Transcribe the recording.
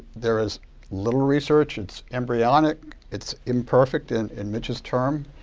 there is little research, it's embryonic, it's imperfect, in in mitchell's term.